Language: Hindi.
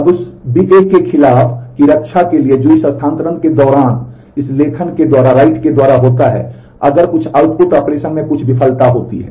अब उस ba के खिलाफ की रक्षा के लिए जो इस स्थानांतरण के दौरान इस लेखन के दौरान होता है अगर कुछ आउटपुट ऑपरेशन में कुछ विफलता होती है